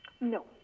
No